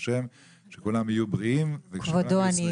השם שכולם יהיו בריאים ו- -- כבודו,